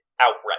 outright